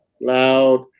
loud